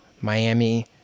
Miami